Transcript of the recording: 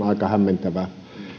aika hämmentävää